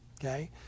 okay